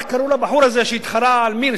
איך קראו לבחור הזה שהתחרה על "מירס"?